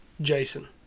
Jason